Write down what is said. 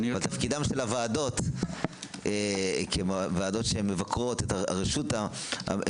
אבל תפקידן של הוועדות המבקרות ברשות המחוקקת